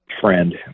friend